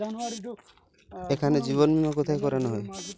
এখানে জীবন বীমা কোথায় করানো হয়?